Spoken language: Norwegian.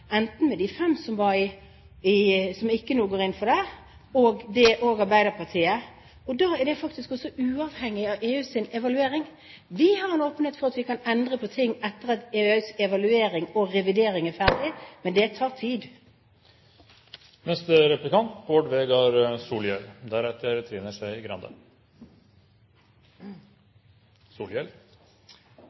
enten med de fem som nå ikke går inn for det, eller med Arbeiderpartiet. Da er det faktisk også uavhengig av EUs evaluering. Vi har nå åpnet for at vi kan endre på ting etter at EUs evaluering og revidering er ferdig, men det tar tid.